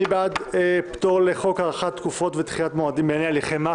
מי בעד מתן פטור לחוק הארכת תקופות ודחיית מועדים בענייני הליכי מס?